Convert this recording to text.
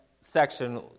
section